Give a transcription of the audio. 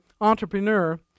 entrepreneur